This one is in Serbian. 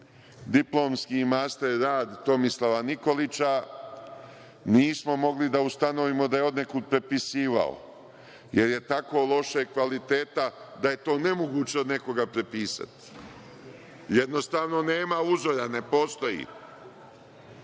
diplomski master rad Tomislava Nikolića, nismo mogli da ustanovimo da je od nekog prepisivao jer je tako lošeg kvaliteta da je to nemoguće od nekoga prepisati. Jednostavno, nema uzora, ne postoji. Kod